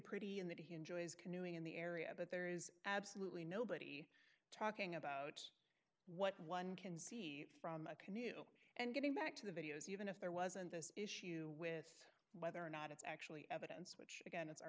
pretty and that he enjoys canoeing in the area but there is absolutely nobody talking about what one can see from a canoe and getting back to the videos even if there wasn't this issue with whether or not it's actually evidence which again it's our